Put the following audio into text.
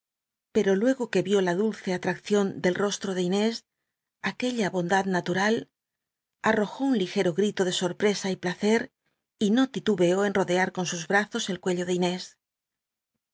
pero luego que r ió la dulce miedo era rerdatlcr atraccion del rostrordc l lés aquella bondad natural arrojó un ligero grito de sorpresa y placct y no titubeó en rodea con sus brazos el cuello de inés